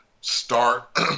start